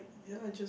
ya just